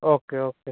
okay okay